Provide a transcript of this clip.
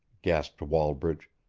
gasped wallbridge,